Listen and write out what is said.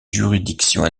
juridictions